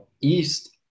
East